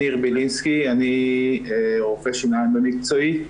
אני רופא שיניים במקצועי.